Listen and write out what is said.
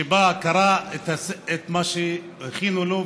שבא, קרא את מה שהכינו לו והלך,